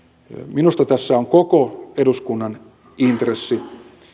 minusta tässä on koko eduskunnan intressi